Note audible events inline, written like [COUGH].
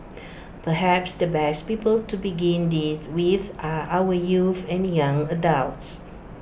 [NOISE] perhaps the best people to begin this with are our youths and young adults